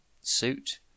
suit